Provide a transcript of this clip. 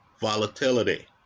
volatility